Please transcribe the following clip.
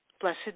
blessed